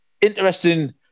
interesting